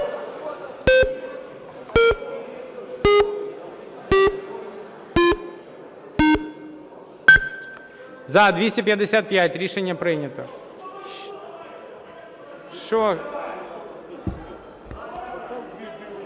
За-255 Рішення прийнято.